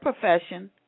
profession